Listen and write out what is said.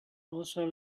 also